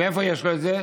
מאיפה יש לו את זה?